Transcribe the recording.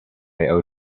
owe